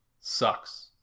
sucks